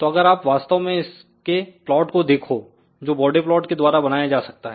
तो अगर आप वास्तव में इसके प्लॉट को देखो जो बोडे प्लॉट के द्वारा बनाया जा सकता है